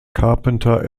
carpenter